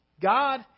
God